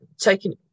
taking